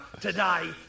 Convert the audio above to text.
today